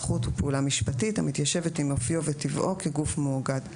זכות או פעולה משפטית המתיישבת עם אופיו וטבעו כגוף מאוגד.